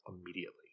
immediately